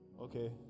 Okay